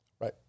Right